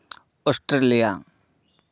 Australia